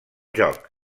joc